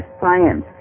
science